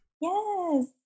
Yes